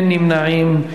אין נמנעים,